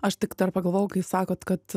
aš tik dar pagalvojau kai sakot kad